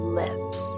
lips